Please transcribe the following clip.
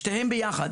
שתיהן ביחד.